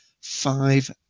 five